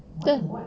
the